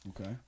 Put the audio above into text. okay